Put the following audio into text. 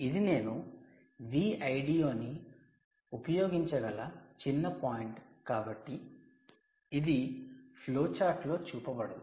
ఇది నేను Vldo ని ఉపయోగించగల చిన్న పాయింట్ కాబట్టి ఇది ఫ్లోచార్ట్ లో చూపబడదు